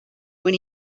when